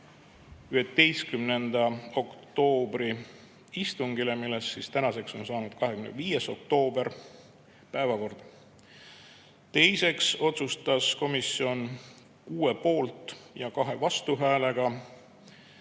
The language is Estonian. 11. oktoobri istungi – millest tänaseks on saanud 25. oktoober – päevakorda. Teiseks otsustas komisjon 6 poolt- ja 2 vastuhäälega